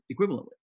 equivalently